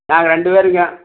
நாங்கள் ரெண்டு பேருங்க